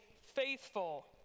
faithful